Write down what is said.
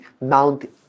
Mount